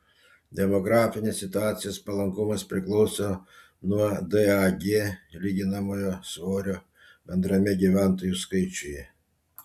demografinės situacijos palankumas priklauso nuo dag lyginamojo svorio bendrame gyventojų skaičiuje